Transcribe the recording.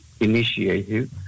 Initiative